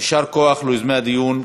יישר כוח ליוזמי הדיון.